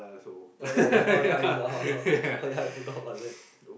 oh ya it's oh ya it's uh oh ya I forgot about that